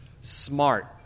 smart